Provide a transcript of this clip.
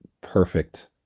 perfect